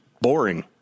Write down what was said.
boring